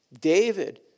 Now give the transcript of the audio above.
David